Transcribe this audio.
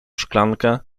szklankę